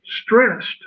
stressed